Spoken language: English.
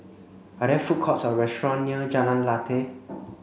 are there food courts or restaurant near Jalan Lateh